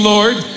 Lord